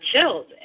chills